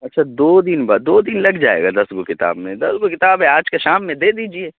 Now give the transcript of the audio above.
اچھا دو دن بعد دو دن لگ جائے گا دس گو کتاب میں دس گو کتاب ہے آج کے شام میں دے دیجیے